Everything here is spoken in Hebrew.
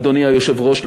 אדוני היושב-ראש,